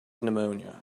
pneumonia